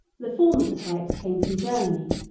the form of the types came from germany,